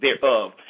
thereof